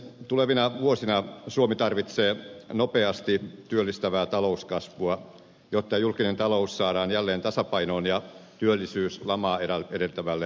tulevina vuosina suomi tarvitsee nopeasti työllistävää talouskasvua jotta julkinen talous saadaan jälleen tasapainoon ja työllisyys lamaa edeltävälle tasolle